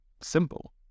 simple